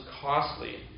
costly